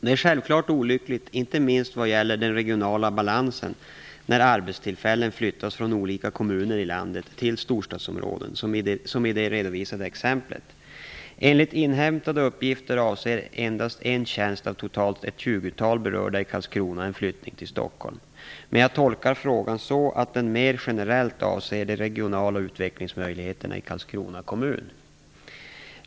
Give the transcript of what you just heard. Det är självklart olyckligt, inte minst vad gäller den regionala balansen, när arbetstillfällen flyttas från olika kommuner i landet till storstadsområden, som i det redovisade exemplet. Enligt inhämtade uppgifter avser endast en tjänst av totalt ett tjugotal berörda i Karlskrona en flyttning till Stockholm. Men jag tolkar frågan så att den mer generellt avser de regionala utvecklingsmöjligheterna i Karlskrona kommun.